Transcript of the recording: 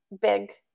big